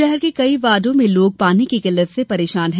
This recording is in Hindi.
शहर के कई वार्डो में लोग पानी की किल्लत से परेशान है